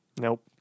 Nope